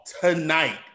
tonight